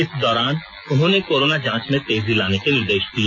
इस दौरान उन्होंने कोरोना जांच में तेजी लाने के निर्देश दिए